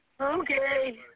Okay